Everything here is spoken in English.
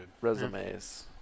Resumes